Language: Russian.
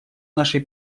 нашей